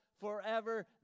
forever